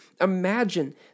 imagine